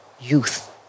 youth